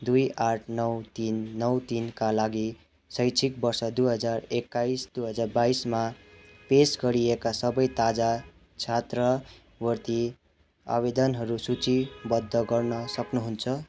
दुई आठ नौ तिन नौ तिनका लागि शैक्षिक वर्ष दुई हजार एक्काइस दुई हजार बाइसमा पेस गरिएका सबै ताजा छात्रवृत्ति आवेदनहरू सूचीबद्ध गर्न सक्नु हुन्छ